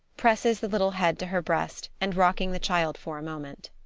pressing the little head to her breast, and rocking the child for a moment.